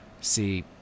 See